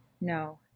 No